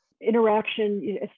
interaction